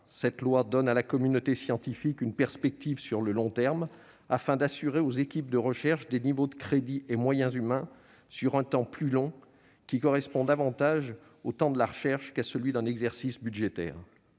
Cette loi donne à la communauté scientifique une perspective sur le long terme, afin d'assurer aux équipes de recherche des niveaux de crédits et de moyens humains sur un temps plus long, qui correspond davantage au temps de la recherche que celui d'un exercice budgétaire.